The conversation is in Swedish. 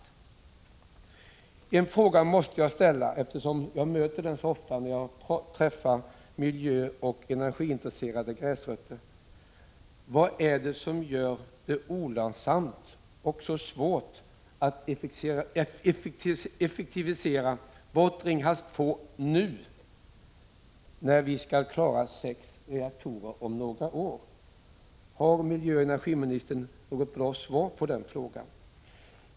7 april 1986 En fråga måste jag ställa, eftersom jag möter den så ofta ute bland miljöoch energiintresserade gräsrötter: Vad är det som gör det så olönsamt och så svårt att låt mig säga effektivisera bort Ringhals 2 nu, när vi skall klara sex reaktorer om några år? Har miljöoch energiministern något bra svar på den frågan?